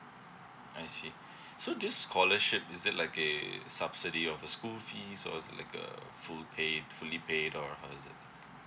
I see so this scholarship is it like a subsidy of the school fees or it's like a full paid fully paid or how is it